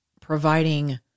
providing